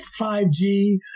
5G